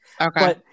Okay